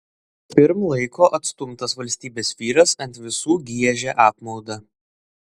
pirm laiko atstumtas valstybės vyras ant visų giežia apmaudą